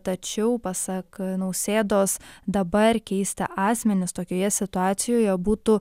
tačiau pasak nausėdos dabar keisti asmenis tokioje situacijoje būtų